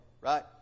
right